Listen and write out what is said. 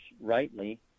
rightly